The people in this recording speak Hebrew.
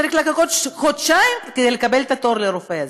צריך לחכות חודשיים כדי לקבל תור לרופא הזה.